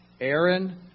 Aaron